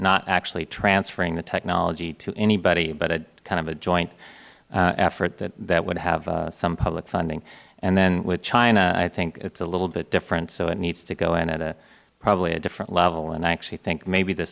not actually transferring the technology to anybody but kind of a joint effort that would have some public funding and then with china i think it is a little bit different so it needs to go in at probably a different level and i actually think maybe the